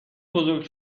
بزرگ